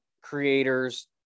creators